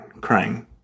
crying